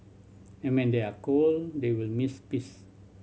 and when they are cold they will miss piss